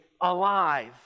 alive